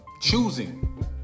choosing